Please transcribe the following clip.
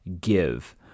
GIVE